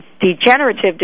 degenerative